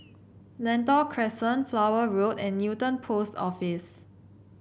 Lentor Crescent Flower Road and Newton Post Office